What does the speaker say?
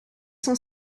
son